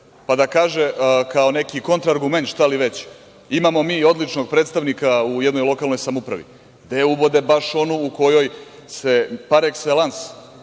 pa da kaže kao neki kontra argument, šta li već, imamo mi odličnog predstavnika u jednoj lokalnoj samoupravi? Gde ubode baš onu u kojoj se, par ekselans,